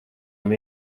nav